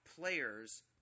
players